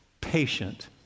patient